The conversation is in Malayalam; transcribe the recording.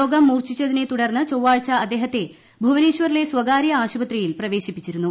രോഗം മൂർച്ചിച്ചതിനെ തുടർന്നു ചൊവ്വാഴ്ച അദ്ദേഹത്തെ ഭൂവനേശ്വറിലെ സ്വകാര്യ ആശുപത്രിയിൽ പ്രവേശിപ്പിച്ചിരുന്നു